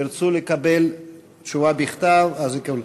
ירצו לקבל תשובה בכתב, יקבלו.